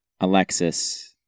Alexis